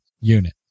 unit